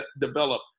develop